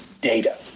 data